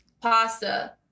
pasta